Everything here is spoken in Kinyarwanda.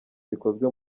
zikozwe